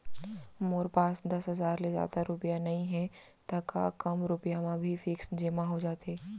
मोर पास दस हजार ले जादा रुपिया नइहे त का कम रुपिया म भी फिक्स जेमा हो जाथे?